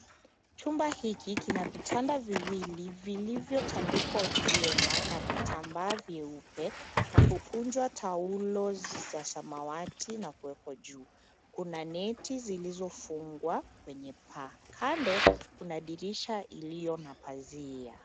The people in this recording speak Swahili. Chumba hiki kina vitanda viwili vilivyotandikwa vyema na vitambaa vyeupe na kukunjwa taulo za samawati na kuwekwa juu. Kuna neti zilizofungwa kwenye paa. Kando kuna dirisha iliyo na pazia.